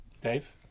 dave